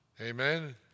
amen